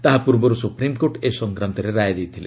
ତାହା ପୂର୍ବରୁ ସୁପ୍ରିମ୍କୋର୍ଟ ଏ ସଂକ୍ରାନ୍ତରେ ରାୟ ଦେଇଥିଲେ